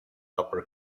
upper